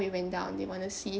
it went down they want to see